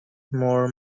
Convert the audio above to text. more